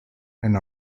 and